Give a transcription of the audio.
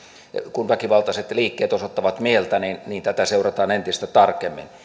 kun väkivaltaiset liikkeet osoittavat mieltä niin niin tätä seurataan entistä tarkemmin